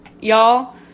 Y'all